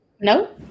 No